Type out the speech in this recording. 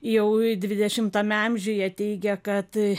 jau dvidešimtame amžiuje teigė kad